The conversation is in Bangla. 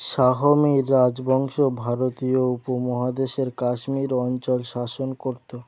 শাহ মীর রাজবংশ ভারতীয় উপমহাদেশের কাশ্মীর অঞ্চল শাসন করত